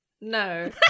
No